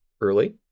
Early